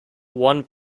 one